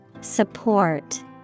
Support